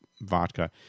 vodka